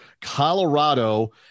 Colorado